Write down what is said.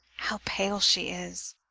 how pale she is!